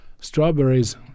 Strawberries